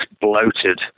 bloated